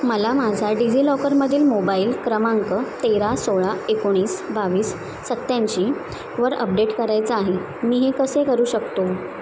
मला माझा डिजि लॉकरमधील मोबाईल क्रमांक तेरा सोळा एकोणीस बावीस सत्त्याऐंशी वर अपडेट करायचा आहे मी हे कसे करू शकतो